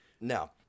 No